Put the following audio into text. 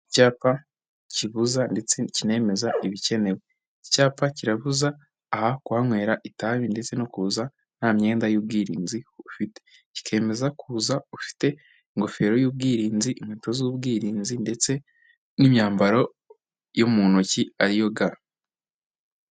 Icyapa kibuza ndetse kinemeza ibikenewe, icyapa kirabuza aha kunwanywera itabi ndetse no kuza nta myenda y'ubwirinzi ufite, kikemeza kuza ufite ingofero y'ubwirinzi, inkweto z'ubwirinzi, ndetse n'imyambaro yo mu ntoki ariyo ga.